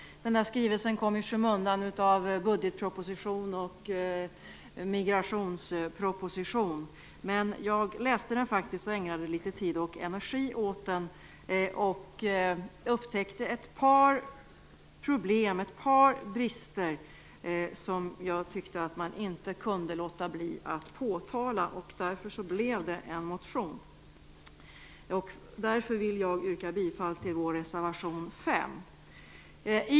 Jag tror att denna skrivelse har kommit i skymundan på grund av budgetpropositionen och migrationspropositionen, men jag har ägnat litet tid och energi åt den och har upptäckt ett par brister som jag tycker att man inte kan låta bli att påtala. Därför blev det också en motion. Jag yrkar bifall till vår reservation 5.